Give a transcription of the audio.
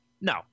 No